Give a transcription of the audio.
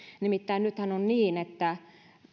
nimittäin nythän on niin että